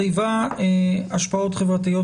התיבה "השפעות חברתיות,